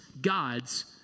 God's